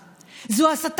וננצח.